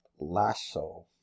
lasso